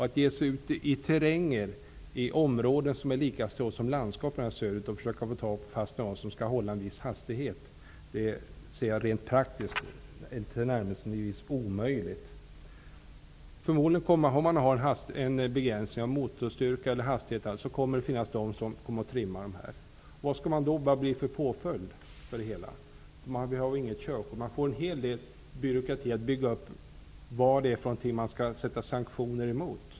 Att ge sig ut i terrängen, i områden som är lika stora som landskapen söderut, och försöka få tag på sådana som inte efterlever bestämmelser om viss hastighet anser jag vara praktiskt omöjligt. Införs det bestämmelser om begränsning av hastighet eller motorstyrka, kommer det säkert att finnas personer som trimmar sina skotrar. Och vad skall det bli för påföljd, när det inte finns körkort att dra in? Det kommer att få byggas upp en hel del byråkrati kring vad det är man skall sätta in sanktioner mot.